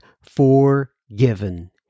forgiven